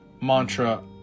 mantra